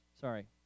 sorry